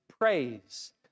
praise